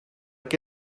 què